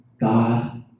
God